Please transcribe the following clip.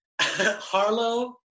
Harlow